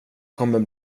kommer